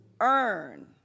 earn